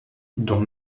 dont